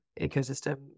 ecosystem